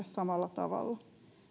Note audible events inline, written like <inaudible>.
<unintelligible> samalla tavalla